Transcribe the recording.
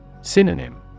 Synonym